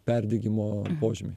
perdegimo požymiai